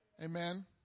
Amen